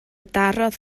darodd